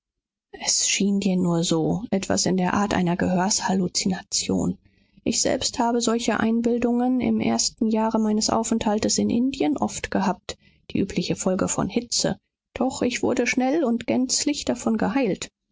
es schien dir nur so etwas in der art einer gehörshalluzination ich selbst habe solche einbildungen im ersten jahre meines aufenthaltes in indien oft gehabt die übliche folge von hitze doch ich wurde schnell und gänzlich davon geheilt